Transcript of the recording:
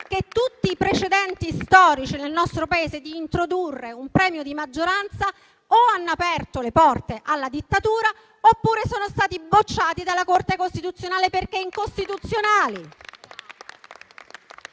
che tutti i precedenti storici nel nostro Paese di introdurre un premio di maggioranza o hanno aperto le porte alla dittatura oppure sono stati bocciati dalla Corte costituzionale, perché incostituzionali.